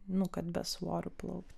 nu kad be svorio plaukti